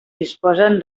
disposen